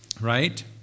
Right